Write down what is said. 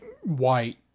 white